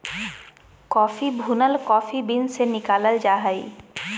coffee भुनल coffee beans से निकालल जा हइ